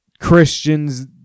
Christians